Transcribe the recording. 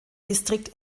distrikt